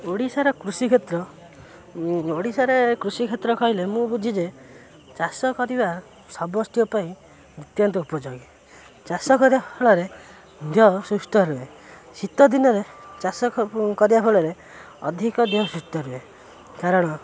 ଓଡ଼ିଶାର କୃଷି କ୍ଷେତ୍ର ଓଡ଼ିଶାରେ କୃଷି କ୍ଷେତ୍ର କହିଲେ ମୁଁ ବୁଝି ଯେ ଚାଷ କରିବା ସମସ୍ତିଙ୍କ ପାଇଁ ନିତ୍ୟନ୍ତ ଉପଯୋଗୀ ଚାଷ କରିବା ଫଳରେ ଦେହ ସୁସ୍ଥ ରୁହେ ଶୀତ ଦିନରେ ଚାଷ କରିବା ଫଳରେ ଅଧିକ ଦେହ ସୁସ୍ଥ ରୁହେ କାରଣ